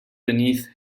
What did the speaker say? beneath